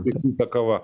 vytinta kava